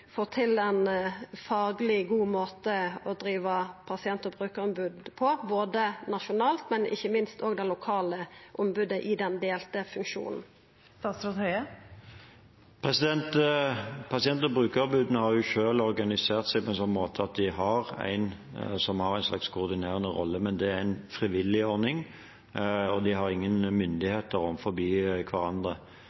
til ein fagleg god måte å driva pasient- og brukarombod på nasjonalt, og ikkje minst også på det lokale planet i den delte funksjonen. Pasient- og brukerombudene har selv organisert seg på en slik måte at de har en som har en slags koordinerende rolle, men det er en frivillig ordning, og de har ingen